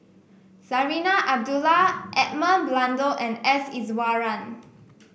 Zarinah Abdullah Edmund Blundell and S Iswaran